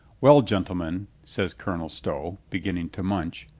well, gentlemen, says colonel stow, beginning to munch,